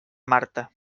marta